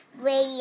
radio